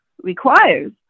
requires